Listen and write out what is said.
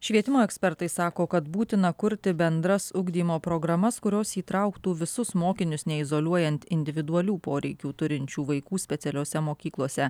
švietimo ekspertai sako kad būtina kurti bendras ugdymo programas kurios įtrauktų visus mokinius neizoliuojant individualių poreikių turinčių vaikų specialiose mokyklose